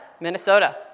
Minnesota